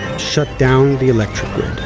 shut down the electric grid